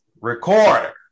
recorder